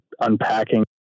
unpacking